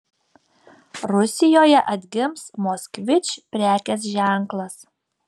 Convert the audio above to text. rusijoje atgims moskvič prekės ženklas